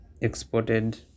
exported